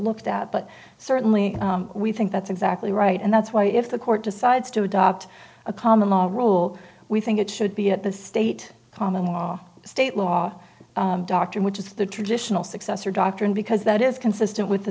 looked at but certainly we think that's exactly right and that's why if the court decides to adopt a common law rule we think it should be at the state common law state law doctrine which is the traditional successor doctrine because that is consistent with the